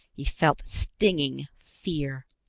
he felt stinging fear.